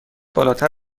بالاتر